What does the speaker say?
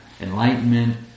enlightenment